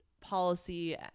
policy